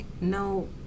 no